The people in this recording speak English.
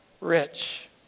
rich